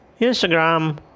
Instagram